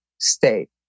state